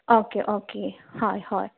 okay okay हय हय